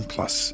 Plus